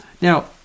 Now